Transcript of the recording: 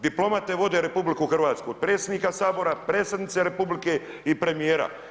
Diplomati vode RH od predsjednika Sabora, predsjednice Republike i premijera.